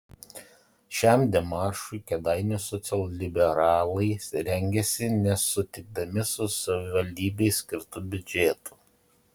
šiam demaršui kėdainių socialliberalai rengėsi nesutikdami su savivaldybei skirtu biudžetu